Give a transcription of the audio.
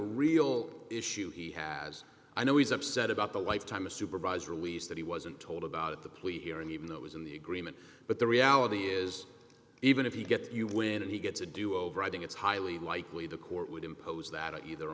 real issue he has i know he's upset about the lifetime of supervised release that he wasn't told about the plea here and even that was in the agreement but the reality is even if you get that you win and he gets a do over i think it's highly likely the court would impose that either